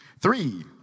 Three